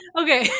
okay